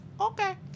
Okay